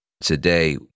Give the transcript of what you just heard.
today